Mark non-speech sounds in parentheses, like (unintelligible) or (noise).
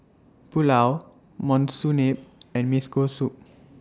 Pulao Monsunabe and (unintelligible) Soup